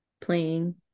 Playing